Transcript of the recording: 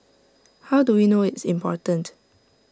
how do we know it's important